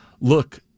look